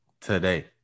today